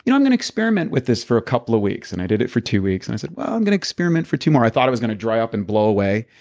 i'm gonna experiment with this for a couple of weeks and i did it for two weeks and i said, well, i'm gonna experiment for two more. i thought i was gonna dry up and blow away